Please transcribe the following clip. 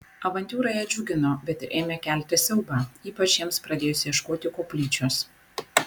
avantiūra ją džiugino bet ir ėmė kelti siaubą ypač jiems pradėjus ieškoti koplyčios